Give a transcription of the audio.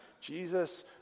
Jesus